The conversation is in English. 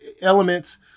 elements